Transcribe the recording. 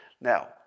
Now